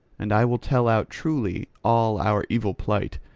and i will tell out truly all our evil plight,